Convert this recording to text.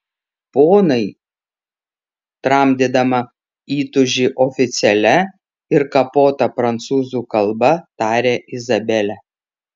ponai tramdydama įtūžį oficialia ir kapota prancūzų kalba tarė izabelė